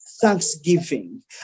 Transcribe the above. thanksgiving